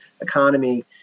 economy